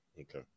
Okay